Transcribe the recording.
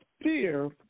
fear